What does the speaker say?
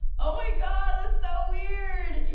oh my god! that's so weird!